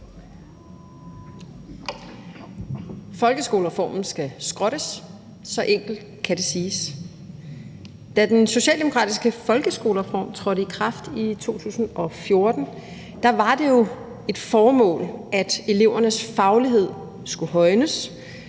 Folkeskolereformen skal skrottes; så enkelt kan det siges. Da den socialdemokratiske folkeskolereform trådte i kraft i 2014, var det jo formålet, at elevernes faglighed skulle højnes,